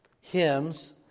hymns